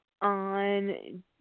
on